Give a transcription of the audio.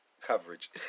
coverage